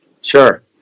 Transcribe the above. Sure